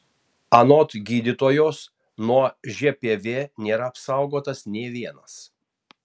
anot gydytojos nuo žpv nėra apsaugotas nė vienas